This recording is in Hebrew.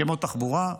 כמו תחבורה,